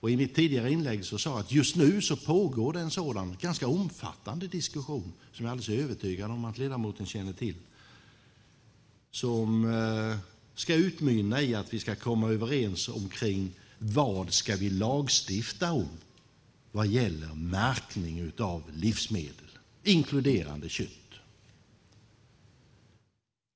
I mitt tidigare inlägg sade jag att det just nu pågår en sådan omfattande diskussion, som jag är alldeles övertygad om att ledamoten känner till, som ska utmynna i att vi ska komma överens om vad vi ska lagstifta om vad gäller märkning av livsmedel, inkluderande kött.